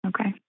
Okay